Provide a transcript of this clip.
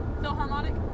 Philharmonic